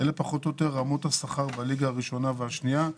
אלה פחות או יותר רמות השכר בליגה הראשונה והשנייה,